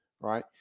right